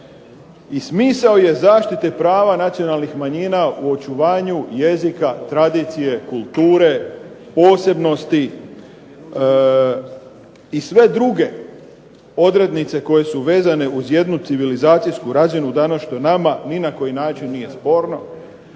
I smisao je zaštite prava nacionalnih manjina u očuvanju jezika, tradicije, kulture, posebnosti i sve druge odrednice koje su vezane uz jednu civilizacijsku razinu danas što nama ni na koji način nije sporno,